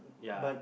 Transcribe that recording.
ya